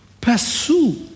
pursue